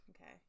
Okay